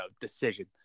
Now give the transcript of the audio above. decision